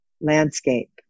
landscape